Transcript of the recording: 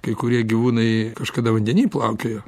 kai kurie gyvūnai kažkada vandeny plaukiojo